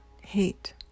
hate